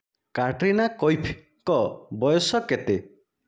Katerina କୈଫ୍ଙ୍କ ବୟସ କେତେ